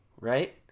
right